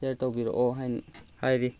ꯁꯤꯌꯔ ꯇꯧꯕꯤꯔꯛꯑꯣ ꯍꯥꯏꯅ ꯍꯥꯏꯔꯤ